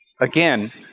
Again